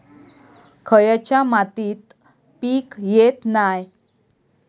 खयच्या मातीत पीक येत नाय?